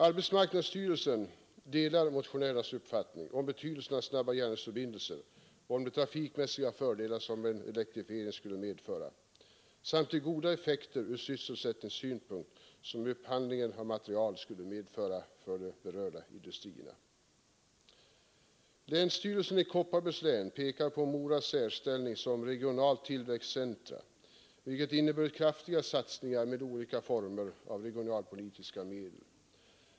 Arbetsmarknadsstyrelsen delar motionärernas uppfattning om betydelsen av snabba järnvägsförbindelser och om de trafikmässiga fördelar som en elektrifiering skulle medföra samt de goda effekter ur sysselsätt 45 ningssynpunkt som upphandlingen berörda industrier. Länsstyrelsen i Kopparbergs län pekar på Moras särställning som regionalt tillväxtcentrum och på behovet av kraftiga satsningar med olika former av regionalpolitiska medel.